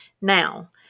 Now